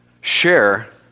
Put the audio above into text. share